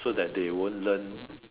so that they won't learn